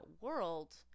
world